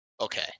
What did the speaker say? Okay